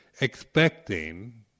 expecting